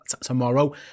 tomorrow